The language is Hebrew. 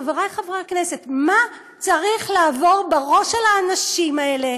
חברי חברי הכנסת: מה צריך לעבור בראש של האנשים האלה,